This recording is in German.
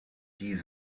die